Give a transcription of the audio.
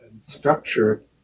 structured